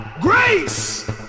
grace